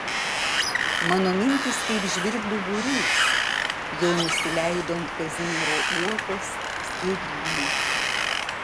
mano mintys kaip žvirblių būrys jau nusileido ant kazimiero uokos skiedryno